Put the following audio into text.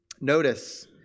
Notice